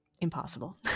impossible